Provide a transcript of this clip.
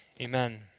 Amen